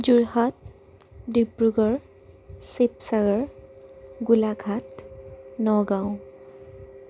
Jorhat Dibrugarh Sivasagar Golaghat Nagaon